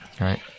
right